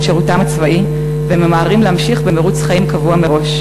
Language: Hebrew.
שירותם הצבאי והם ממהרים להמשיך במירוץ חיים קבוע מראש,